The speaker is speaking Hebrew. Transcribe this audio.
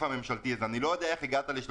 הוא כן חל.